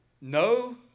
no